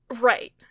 right